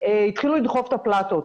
התחילו לדחוף את הפלטות,